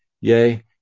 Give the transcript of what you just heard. yea